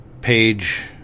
Page